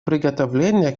приготовления